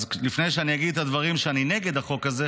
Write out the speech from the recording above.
אז לפני שאגיד את הדברים שבהם אני נגד החוק הזה,